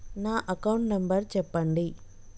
నా account number చెప్పండి?